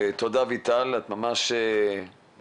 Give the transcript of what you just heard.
תודה אביטל, את ממש בדקות